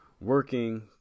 working